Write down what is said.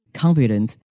confident